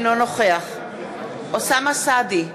אינו נוכח אוסאמה סעדי,